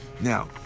Now